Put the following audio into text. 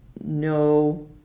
no